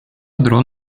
дрон